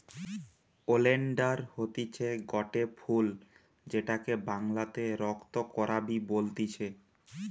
oleander হতিছে গটে ফুল যেটাকে বাংলাতে রক্ত করাবি বলতিছে